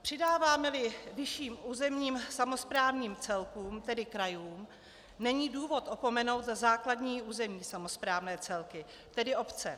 Přidávámeli vyšším územním samosprávním celkům, tedy krajům, není důvod opomenout základní územní samosprávné celky, tedy obce.